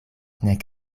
nek